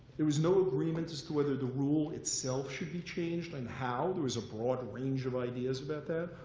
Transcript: there was no agreement as to whether the rule itself should be changed and how. there was a broad range of ideas about that,